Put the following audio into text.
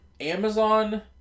Amazon